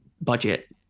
budget